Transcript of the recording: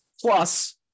Plus